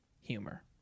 humor